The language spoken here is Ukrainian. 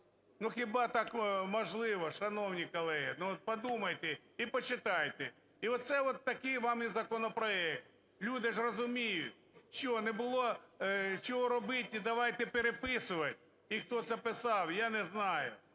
Ну, хіба так можливо, шановні колеги? Ну, от подумайте і почитайте. І оце от такий вам і законопроект. Люди ж розуміють. Що, не було чого робити і давайте переписувати. І хто це писав, я не знаю.